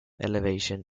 elevation